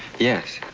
yes.